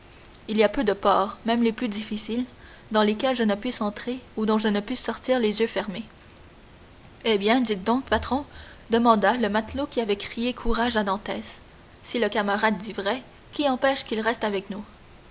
il y a peu de ports même des plus difficiles dans lesquels je ne puisse entrer ou dont je ne puisse sortir les yeux fermés eh bien dites donc patron demanda le matelot qui avait crié courage à dantès si le camarade dit vrai qui empêche qu'il reste avec nous